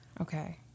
Okay